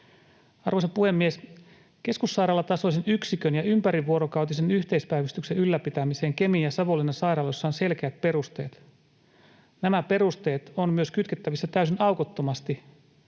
Arvoisa puhemies! Keskussairaalatasoisen yksikön ja ympärivuorokautisen yhteispäivystyksen ylläpitämiseen Kemin ja Savonlinnan sairaaloissa on selkeät perusteet. Nämä perusteet on myös kytkettävissä täysin aukottomasti